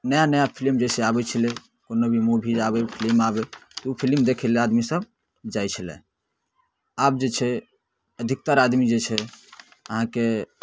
नया नया फिलिम जे छै आबै छलै कोनो भी मूवी आबै फिलिम आबै ओ फिलिम देखैलए आदमीसब जाए छलै आब जे छै अधिकतर आदमी जे छै अहाँके